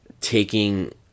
taking